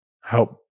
help